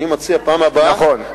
אני מציע בפעם הבאה